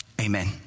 amen